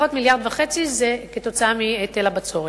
לפחות מיליארד וחצי זה מהיטל הבצורת.